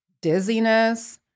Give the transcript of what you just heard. dizziness